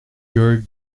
you’re